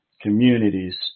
communities